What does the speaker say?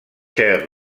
terres